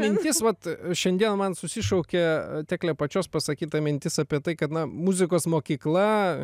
mintis vat šiandien man susišaukia tekle pačios pasakyta mintis apie tai kad muzikos mokykla